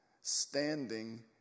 Standing